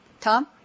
Tom